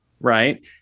right